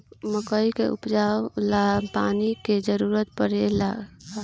मकई के उपजाव ला पानी के जरूरत परेला का?